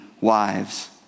wives